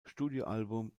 studioalbum